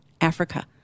Africa